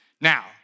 Now